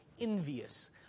envious